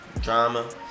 Drama